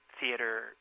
theater